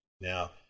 Now